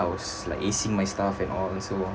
I was like acing my stuff and all so